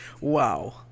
Wow